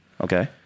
okay